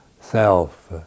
self